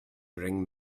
bring